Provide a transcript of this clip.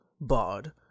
Bard